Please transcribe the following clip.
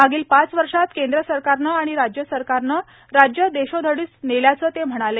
मागील पाच वर्षांत केंद्र सरकारने आणि राज्य सरकारने राज्य देशोधडीस नेल्याचं त्यांनी सांगितले